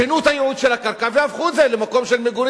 שינו את הייעוד של הקרקע והפכו את זה למקום של מגורים,